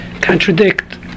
contradict